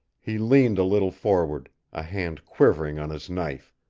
he leaned a little forward, a hand quivering on his knife,